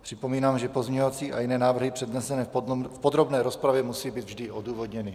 Připomínám, že pozměňovací a jiné návrhy přednesené v podrobné rozpravě musí být vždy odůvodněny.